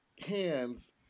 hands